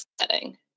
setting